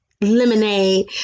lemonade